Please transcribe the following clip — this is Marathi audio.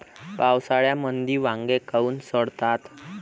पावसाळ्यामंदी वांगे काऊन सडतात?